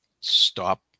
stop